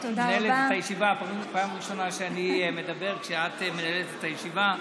פעם ראשונה שאני מדבר כשאת מנהלת את הישיבה.